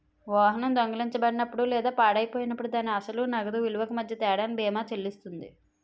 వాహనం దొంగిలించబడినప్పుడు లేదా పాడైపోయినప్పుడు దాని అసలు నగదు విలువకు మధ్య తేడాను బీమా చెల్లిస్తుంది